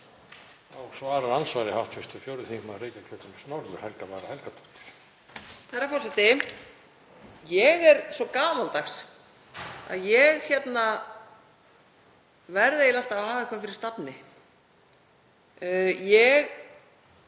Ég er svo gamaldags að ég verð eiginlega alltaf að hafa eitthvað fyrir stafni. Ég